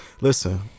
Listen